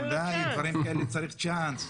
דברים כאלה צריך צ'אנס?